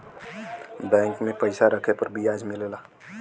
bank में पइसा रखे पर बियाज मिलला